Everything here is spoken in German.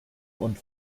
und